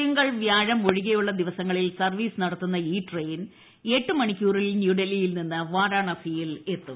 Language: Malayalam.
തിങ്കൾ വ്യാഴം ഒഴികെയുള്ള ദിവസങ്ങളിൽ സർവ്വീസ് നടത്തുന്ന ഈ ട്രെയിൻ എട്ടു മണിക്കൂറിൽ ന്യൂഡൽഹിയിൽ നിന്ന് വാരാണസിയിൽ എത്തും